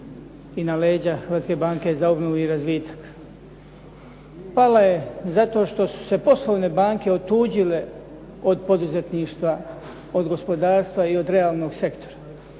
i na leđa Hrvatske banke za obnovu i razvitak. Pala je zato što su se poslovne banke otuđile od poduzetništva, od gospodarstva i od realnog sektora.